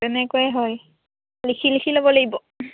তেনেকৈয়ে হয় লিখি লিখি ল'ব লাগিব